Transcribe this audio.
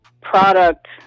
product